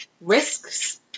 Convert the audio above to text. risks